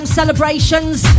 celebrations